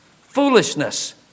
Foolishness